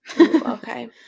okay